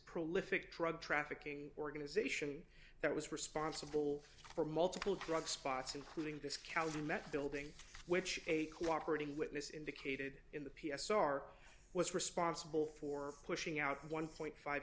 prolific drug trafficking organization that was responsible for multiple drug spots including this calumet building which a cooperating witness indicated in the p s r was responsible for pushing out one point five